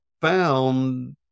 found